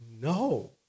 no